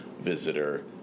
Visitor